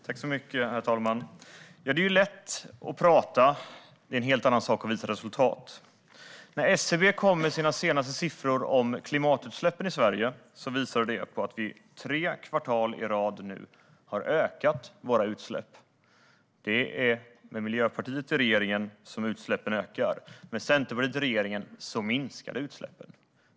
Herr ålderspresident! Det är lätt att prata och en helt annan sak att visa resultat. När SCB kom med sina senaste siffror om klimatutsläppen i Sverige visade de att vi under tre kvartal i rad har ökat våra utsläpp. Det är med Miljöpartiet i regeringen som utsläppen ökar; med Centerpartiet i regeringen minskade utsläppen.